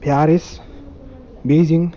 Paris Beijing